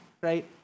right